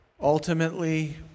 Ultimately